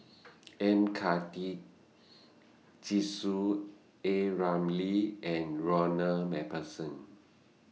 M Karthigesu A Ramli and Ronald MacPherson